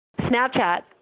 Snapchat